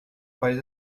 pais